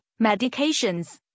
medications